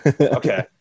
Okay